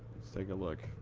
take a look.